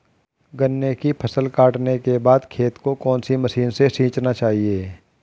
गन्ने की फसल काटने के बाद खेत को कौन सी मशीन से सींचना चाहिये?